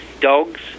dogs